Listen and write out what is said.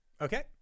Okay